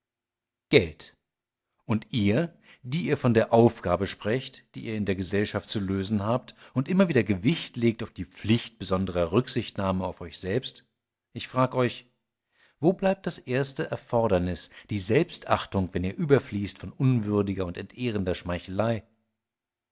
geld und ihr die ihr von der aufgabe sprecht die ihr in der gesellschaft zu lösen habt und immer wieder gewicht legt auf die pflicht besonderer rücksichtnahme auf euch selbst ich frag euch wo bleibt das erste erfordernis die selbstachtung wenn ihr überfließt von unwürdiger und entehrender schmeichelei